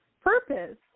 purpose